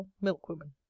Milkwoman